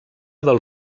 del